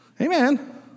Amen